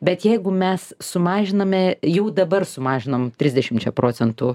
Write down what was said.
bet jeigu mes sumažiname jau dabar sumažinome trisdešimčia procentų